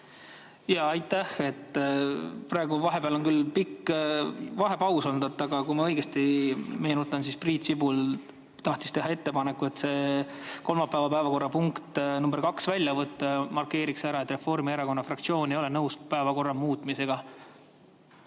Aitäh! Vahepeal on küll pikk vahepaus olnud, aga kui ma õigesti mäletan, siis Priit Sibul tahtis teha ettepaneku kolmapäevane päevakorrapunkt nr 2 välja võtta. Markeeriksin ära, et Reformierakonna fraktsioon ei ole nõus päevakorra muutmisega.